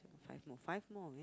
five more five more